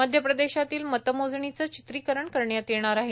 मध्य प्रदेशातील मतमोजणीचं चित्रिकरण करण्यात येणार आहे